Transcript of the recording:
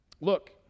look